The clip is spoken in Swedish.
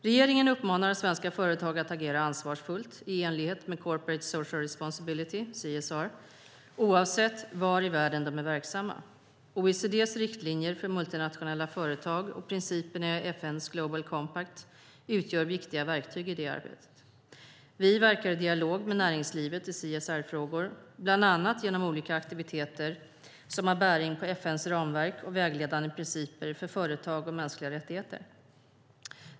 Regeringen uppmanar svenska företag att agera ansvarsfullt, i enlighet med Corporate Social Responsibility , oavsett var i världen de är verksamma. OECD:s riktlinjer för multinationella företag och principerna i FN:s Global Compact utgör viktiga verktyg i det arbetet. Vi verkar i dialog med näringslivet i CSR-frågor, bland annat genom olika aktiviteter som har bäring på FN:s ramverk och vägledande principer för företag och mänskliga rättigheter.